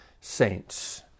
saints